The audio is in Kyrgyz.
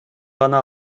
гана